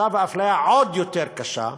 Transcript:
עכשיו האפליה עוד יותר קשה.